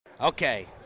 Okay